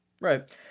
Right